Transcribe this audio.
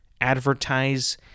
advertise